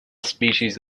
species